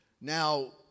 Now